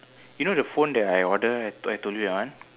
you know the phone that I ordered I told you that one